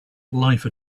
life